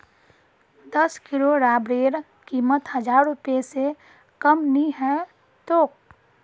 दस किलो रबरेर कीमत हजार रूपए स कम नी ह तोक